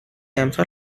امسال